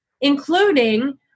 including